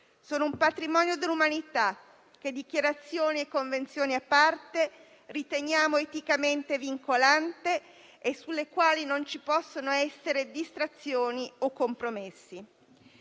sono un patrimonio dell'umanità che, dichiarazioni e convenzioni a parte, riteniamo eticamente vincolante e su cui non ci possono essere distrazioni o compromessi.